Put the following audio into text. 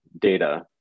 data